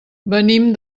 venim